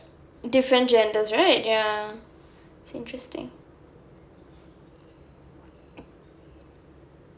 different genders right ya interesting